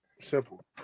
Simple